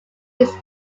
its